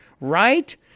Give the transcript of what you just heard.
right